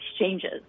exchanges